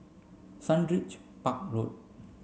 Sundridge Park Road